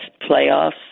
playoffs